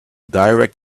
direct